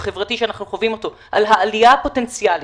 החברתי שאנחנו חווים אותו על העלייה הפוטנציאלית,